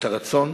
את הרצון